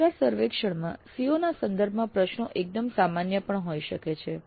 નિકાસ સર્વેક્ષણમાં COsના સંદર્ભમાં પ્રશ્નો એકદમ સામાન્ય પણ હોઈ શકે છે